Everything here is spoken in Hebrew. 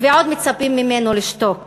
ועוד מצפים מאתנו לשתוק